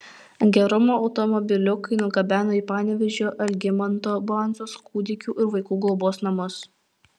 gerumo automobiliukai nugabeno į panevėžio algimanto bandzos kūdikių ir vaikų globos namus